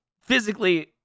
Physically